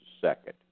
second